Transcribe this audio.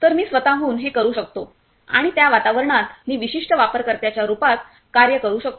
तर मी स्वतःहून हे करू शकतो आणि त्या वातावरणात मी विशिष्ट वापरकर्त्याच्या रूपात कार्य करू शकतो